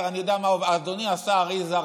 אדוני השר יזהר,